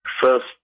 first